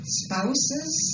spouses